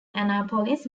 annapolis